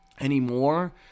anymore